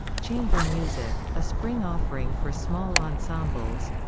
chamber music, a spring offering for small ensembles